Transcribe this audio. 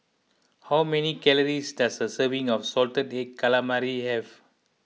how many calories does a serving of Salted Egg Calamari have